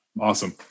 Awesome